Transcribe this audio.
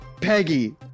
Peggy